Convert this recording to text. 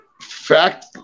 fact